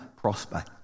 prosper